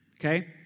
Okay